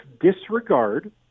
disregard